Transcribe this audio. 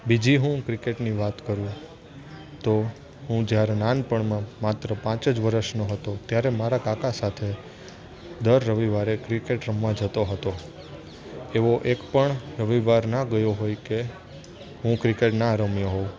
બીજી હું ક્રિકેટની વાત કરું તો હું જ્યારે નાનપણમાં માત્ર પાંચ જ વર્ષનો હતો ત્યારે મારા કાકા સાથે દર રવિવારે ક્રિકેટ રમવા જતો હતો એવો એકપણ રવિવાર ના ગયો હોય કે હું ક્રિકેટ ના રમ્યો હોઉં